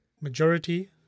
Majority